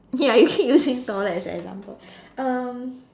ya you keep using toilet as an example um